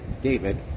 David